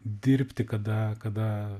dirbti kada kada